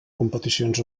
competicions